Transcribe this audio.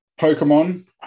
Pokemon